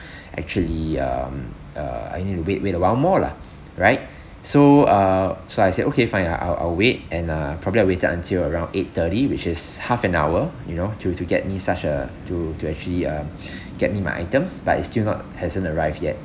actually um uh I need to wait wait awhile more lah right so uh so I said okay fine I I'll wait and uh probably I waited until around eight thirty which is half an hour you know to to get me such a to to actually uh get me my items but it's still not hasn't arrived yet